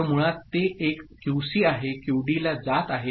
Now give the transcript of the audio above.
तर मुळात ते एक क्यूसी आहे क्यूडीला जात आहे